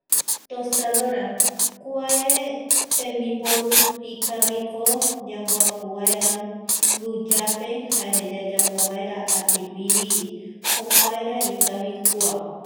Tostadora kuae tembiporu ikaviko yamboaku vaera guiyape jare yayapovaera atipiriri jokuara ikavi kua.